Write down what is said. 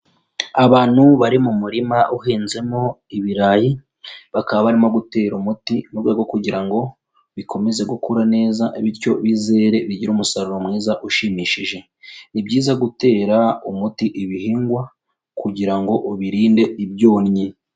Abantu bari mu murima uhenzemo ibirayi bakaba barimo gutera umuti mu rwego rwo kugira ngo bikomeze gukura neza bityo bizere bigire umusaruro mwiza ushimishije, ni byiza gutera umuti ibihingwa kugira ngo ubirinde ibyonnyi.